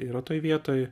yra toj vietoj